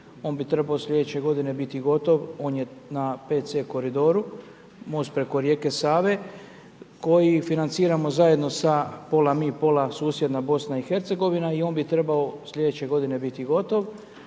on bi trebao sljedeće godine biti gotov. On je na P.C. koridoru, most preko rijeke Save, koji financiramo zajedno sa pola mi, pola susjedna BIH i on bi trebao slijedeće g. biti gotov.